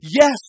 Yes